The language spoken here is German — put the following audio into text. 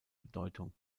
bedeutung